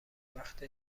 وقت